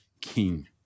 king